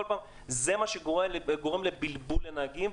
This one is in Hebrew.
זה מה שגורם לבלבול לנהגים.